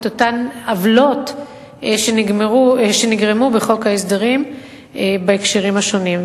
את אותן עוולות שנגרמו בחוק ההסדרים בהקשרים השונים.